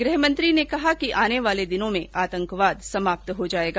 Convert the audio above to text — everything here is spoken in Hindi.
गृहमंत्री ने कहा कि आने वाले दिनों में आतंकवाद समाप्त हो जायेगा